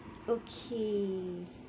okay